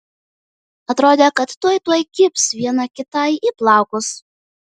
atrodė kad tuoj tuoj kibs viena kitai į plaukus